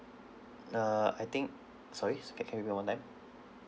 err I think sorry so can can you repeat one more time